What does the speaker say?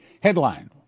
headline